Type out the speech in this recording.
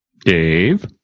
Dave